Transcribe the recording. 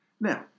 Now